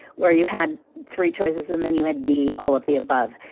where you had three choices and then you had d, all of the above.